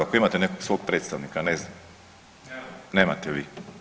Ako imate nekog svog predstavnika, ne znam [[Upadica: Nemam.]] Nemate vi.